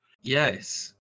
yes